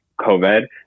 COVID